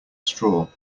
straw